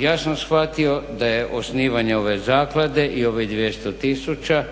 ja sam shvatio da je osnivanje ove zaklade i ovih 200 000